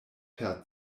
per